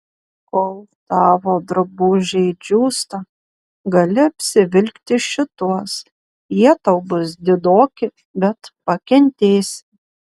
kol tavo drabužiai džiūsta gali apsivilkti šituos jie tau bus didoki bet pakentėsi